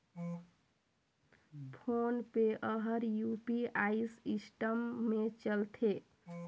phone पे हर UPI system मे चलथे